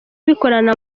bikorana